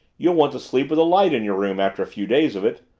you'll want to sleep with a light in your room after a few days of it.